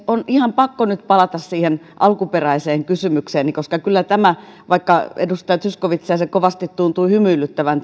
on ihan pakko nyt palata siihen alkuperäiseen kysymykseeni koska vaikka edustaja zyskowiczia tämä minun hämmennykseni kovasti tuntui hymyilyttävän